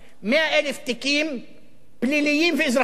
100,000 תיקים פליליים ואזרחיים.